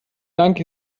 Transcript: lang